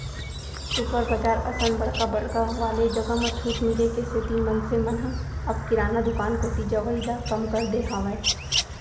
super बजार असन बड़का बड़का वाले जघा म छूट मिले के सेती मनसे मन ह अब किराना दुकान कोती जवई ल कम कर दे हावय